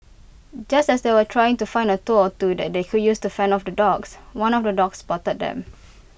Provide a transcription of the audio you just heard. just as they were trying to find A tool or two that they could use to fend off the dogs one of the dogs spotted them